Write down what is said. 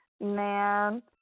Man